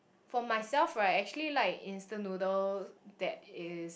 for myself right actually like instant noodles that is